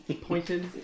Pointed